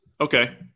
Okay